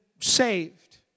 saved